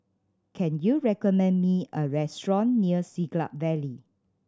can you recommend me a restaurant near Siglap Valley